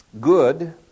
good